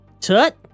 Tut